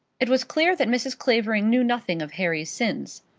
it was clear that mrs. clavering knew nothing of harry's sins.